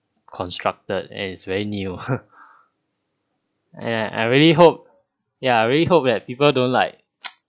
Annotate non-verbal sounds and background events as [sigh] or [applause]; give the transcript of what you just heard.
constructed and it's very new [laughs] and I I really hope ya I really hope that people don't like [noise]